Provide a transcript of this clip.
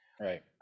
right